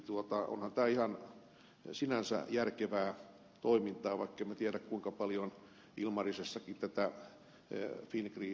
onhan tämä ihan sinänsä järkevää toimintaa vaikka emme tiedä kuinka paljon ilmarisessakin tätä fingrid osaamista käytännössä on